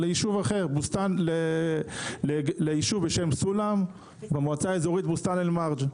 ליישוב אחר בשם סולם במועצה האזורית בוסתן אל מארג'.